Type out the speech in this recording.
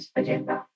agenda